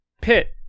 pit